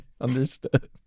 understood